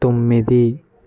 తొమ్మిది